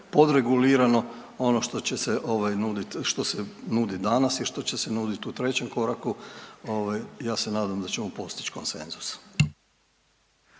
podregulirano. Ono što će se nuditi, što se nudi danas i što će se nuditi u trećem koraku ja se nadam da ćemo postići konsenzus.